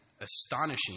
astonishing